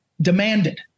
demanded